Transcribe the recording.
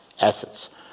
assets